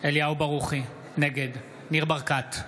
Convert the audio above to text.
אליהו ברוכי, נגד ניר ברקת,